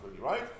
right